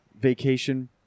vacation